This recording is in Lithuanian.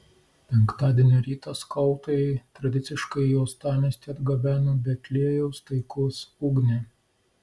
penktadienio rytą skautai tradiciškai į uostamiestį atgabeno betliejaus taikos ugnį